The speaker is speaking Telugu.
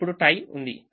ఇప్పుడు టై ఉంది